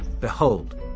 behold